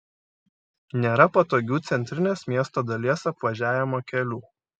nėra patogių centrinės miesto dalies apvažiavimo kelių